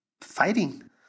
fighting